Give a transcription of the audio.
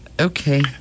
Okay